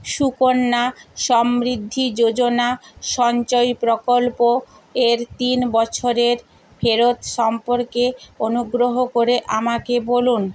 সুকন্যা সমৃদ্ধি যোজনা সঞ্চয় প্রকল্প এর তিন বছরের ফেরত সম্পর্কে অনুগ্রহ করে আমাকে বলুন